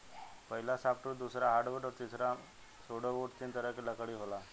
पहिला सॉफ्टवुड दूसरा हार्डवुड अउरी तीसरा सुडोवूड तीन तरह के लकड़ी होला